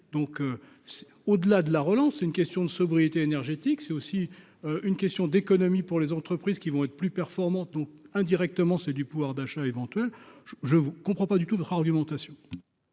donc au-delà de la relance, c'est une question de sobriété énergétique, c'est aussi une question d'économie pour les entreprises qui vont être plus performants, donc indirectement, c'est du pouvoir d'achat éventuel je je vous comprends pas du tout votre argumentation.